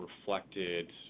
reflected